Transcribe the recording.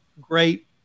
great